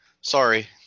Sorry